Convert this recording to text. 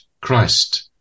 Christ